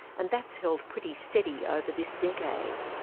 and that's held pretty steady over this decade.